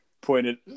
pointed